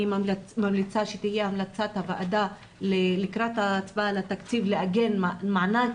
אני ממליצה שתהיה המלצת הוועדה לקראת ההצבעה על התקציב לעגן מענק